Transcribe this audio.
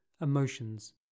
emotions